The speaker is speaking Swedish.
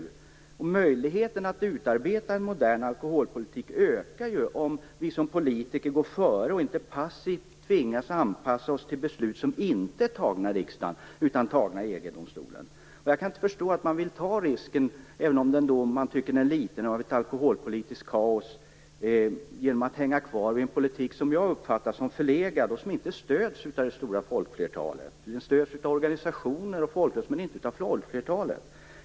Möjligheten att utarbeta en modern alkoholpolitik ökar också om vi politiker går före och inte passivt tvingas anpassa oss till beslut som inte är fattade i riksdagen utan i EG-domstolen. Jag kan inte förstå att man vill ta risken, även om man tycker att den är liten, av ett alkoholpolitiskt kaos genom att hänga kvar vid en politik som jag uppfattar som förlegad och som inte stöds av det stora folkflertalet. Den stöds av organisationer och folkrörelser men inte av folkflertalet.